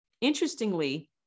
Interestingly